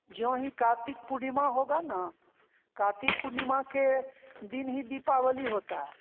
ज्यों ही कार्तिक पूर्णिमा होगा ना कार्तिक पूर्णिमा के दिन ही दीपावली होता है